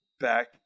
back